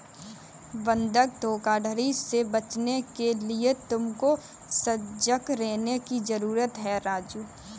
बंधक धोखाधड़ी से बचने के लिए तुमको सजग रहने की जरूरत है राजु